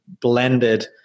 blended